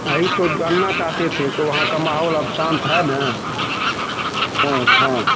वही तो जानना चाहते थे तो वहाँ का माहौल अब शांत है ना हाँ हाँ